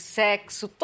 sexo